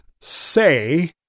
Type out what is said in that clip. say